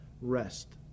rest